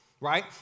right